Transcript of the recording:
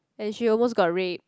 and she almost got raped